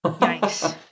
Nice